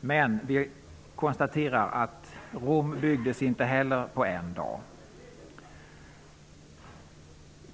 men vi konstaterar att inte heller Rom byggdes på en dag.